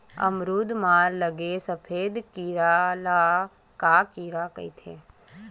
अमरूद म लगे सफेद कीरा ल का कीरा कइथे?